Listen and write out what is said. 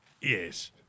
Yes